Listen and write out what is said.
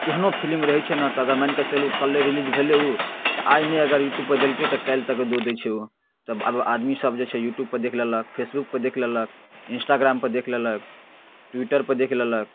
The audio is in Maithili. केहनो फिलिम रहै छै ने तऽ अगर मानिकऽ चलू काल्हिए रिलीज भेलै ओ तऽ आइ नहि अगर यूट्यूबपर देलकै तऽ काल्हि तक दऽ दै छै ओ तब आब आदमीसब जे छै यूट्यूबपर देखि लेलक फेसबुकपर देखि लेलक इन्स्ट्राग्रामपर देखि लेलक ट्यूटरपर देखि लेलक